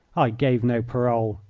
i gave no parole.